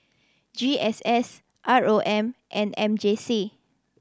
G S S R O M and M J C